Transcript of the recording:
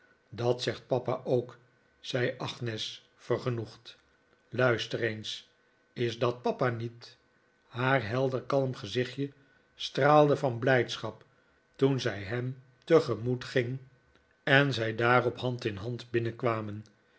dat zegt papa ook zei agnes vergenoegd luister eens is dat papa niet haar helder kalm gezichtje straalde van blijdschap toen zij hem tegemoet ging en david copperfield zij daarop hand in hand binnenkwamen